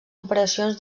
operacions